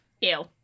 Ew